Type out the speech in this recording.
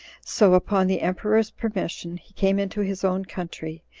so, upon the emperor's permission, he came into his own country,